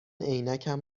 عینکم